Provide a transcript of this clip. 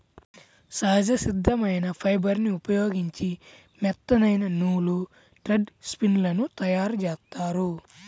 సహజ సిద్ధమైన ఫైబర్ని ఉపయోగించి మెత్తనైన నూలు, థ్రెడ్ స్పిన్ లను తయ్యారుజేత్తారు